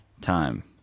time